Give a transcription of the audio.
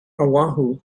oahu